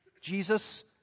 Jesus